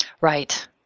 Right